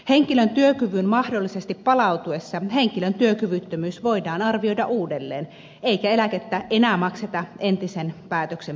henkilön työkyvyn mahdollisesti palautuessa henkilön työkyvyttömyys voidaan arvioida uudelleen eikä eläkettä enää makseta entisen päätöksen perusteella